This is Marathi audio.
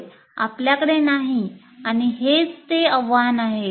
होय आपल्याकडे नाही आणि हेच ते आव्हान आहे